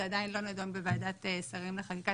זה עדיין לא נדון בוועדת שרים לחקיקה.